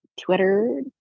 Twitter